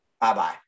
bye-bye